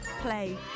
play